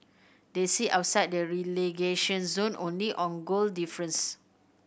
they sit outside the relegation zone only on goal difference